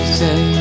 say